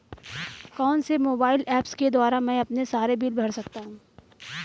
कौनसे mobile apps के द्वारा मैं अपने सारे बिल भर सकता हूं?